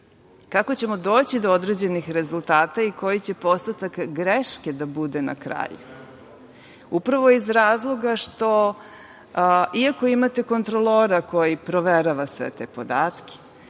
kako ćemo doći do određenih rezultate i koji će postotak greške da bude na kraju upravo iz razloga što iako imate kontrolora koji provera sve te podatke